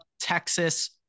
Texas